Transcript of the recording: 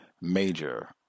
major